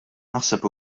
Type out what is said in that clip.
naħseb